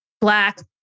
Black